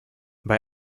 bei